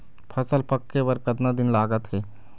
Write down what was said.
फसल पक्के बर कतना दिन लागत हे?